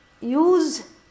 use